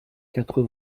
quatre